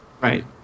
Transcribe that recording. Right